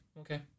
Okay